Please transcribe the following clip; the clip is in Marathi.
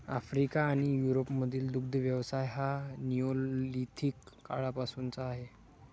आफ्रिका आणि युरोपमधील दुग्ध व्यवसाय हा निओलिथिक काळापासूनचा आहे